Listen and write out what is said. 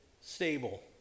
stable